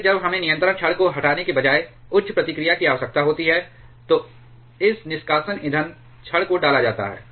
जैसे जब हमें नियंत्रण छड़ को हटाने के बजाय उच्च प्रतिक्रिया की आवश्यकता होती है तो इस निष्कासन ईंधन छड़ को डाला जाता है